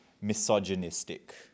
misogynistic